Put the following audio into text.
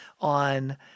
on